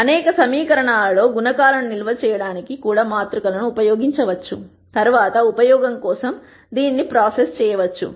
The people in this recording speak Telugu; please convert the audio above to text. అనేక సమీకరణాలలో గుణకాలను నిల్వ చేయడానికి కూడా మాత్రికలను ఉపయోగించవచ్చు తరువాత ఉపయోగం కోసం దీనిని ప్రాసెస్ చేయవచ్చు